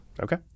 Okay